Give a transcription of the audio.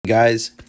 Guys